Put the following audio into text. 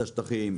השטחים,